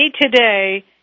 today